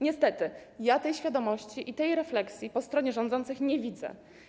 Niestety ja tej świadomości i tej refleksji po stronie rządzących nie widzę.